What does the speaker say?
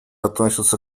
относится